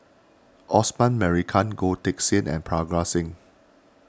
Osman Merican Goh Teck Sian and Parga Singh